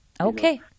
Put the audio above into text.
Okay